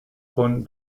von